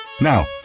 Now